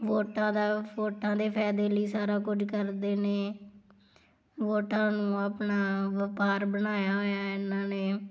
ਵੋਟਾਂ ਦਾ ਵੋਟਾਂ ਦੇ ਫ਼ਾਇਦੇ ਲਈ ਸਾਰਾ ਕੁਝ ਕਰਦੇ ਨੇ ਵੋਟਾਂ ਨੂੰ ਆਪਣਾ ਵਪਾਰ ਬਣਾਇਆ ਹੋਇਆ ਇਹਨਾਂ ਨੇ